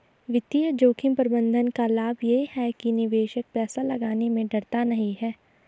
वित्तीय जोखिम प्रबंधन का लाभ ये है कि निवेशक पैसा लगाने में डरता नहीं है